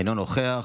אינו נוכח,